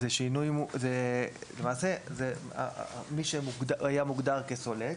למעשה זה מי שהיה מוגדר כסולק,